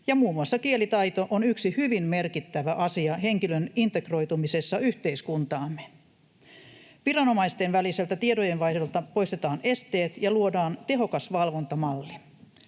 ja muun muassa kielitaito on yksi hyvin merkittävä asia henkilön integroitumisessa yhteiskuntaamme. Viranomaisten väliseltä tietojenvaihdolta poistetaan esteet ja luodaan tehokas valvontamalli.